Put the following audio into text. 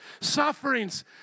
sufferings